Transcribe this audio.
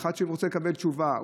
אחד שרוצה לקבל תשובה,